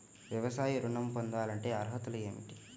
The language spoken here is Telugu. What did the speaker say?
వ్యవసాయ ఋణం పొందాలంటే అర్హతలు ఏమిటి?